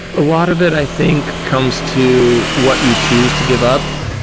a lot of it i think comes to what you choose to give up,